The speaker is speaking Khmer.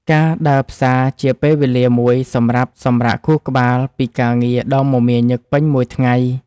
ការដើរផ្សារជាពេលវេលាមួយសម្រាប់សម្រាកខួរក្បាលពីការងារដ៏មមាញឹកពេញមួយថ្ងៃ។